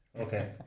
Okay